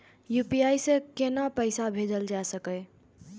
UPI से केना पैसा भेजल जा छे?